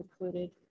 included